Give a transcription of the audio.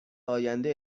آینده